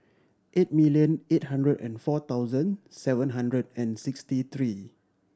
eight million eight hundred and four thousand seven hundred and sixty three